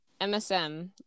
MSM